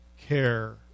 care